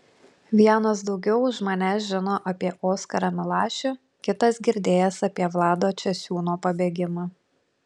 vienas daugiau už mane žino apie oskarą milašių kitas girdėjęs apie vlado česiūno pabėgimą